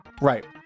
Right